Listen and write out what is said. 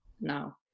now